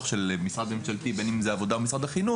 של משרד ממשלתי בין אם זה משרד העבודה או משרד החינוך